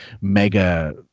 mega